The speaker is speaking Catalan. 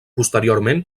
posteriorment